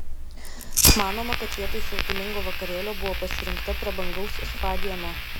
manoma kad vietoj siautulingo vakarėlio buvo pasirinkta prabangaus spa diena